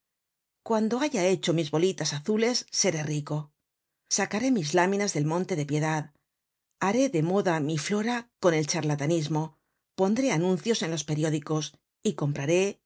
cuando haya hecho mis bolitas azules seré rico sacaré mis láminas del monte de piedad haré de moda mi flora con el charlatanismo pondré anuncios en los periódicos y compraré ya